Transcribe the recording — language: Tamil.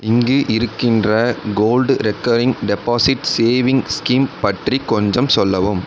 இங்கு இருக்கின்ற gold recurring deposit saving scheme பற்றிக் கொஞ்சம் சொல்லவும்